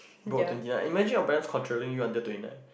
bro twenty nine imagine your parents controlling you until twenty nine